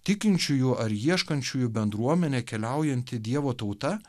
tikinčiųjų ar ieškančiųjų bendruomenė keliaujanti dievo tauta